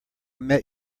met